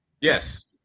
Yes